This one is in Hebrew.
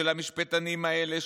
של המשפטנים האלה,